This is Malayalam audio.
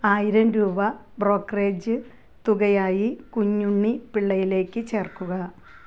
ആയിരം രൂപ ബ്രോക്കറേജ് തുകയായി കുഞ്ഞുണ്ണി പിള്ളയിലേക്ക് ചേർക്കുക